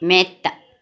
മെത്ത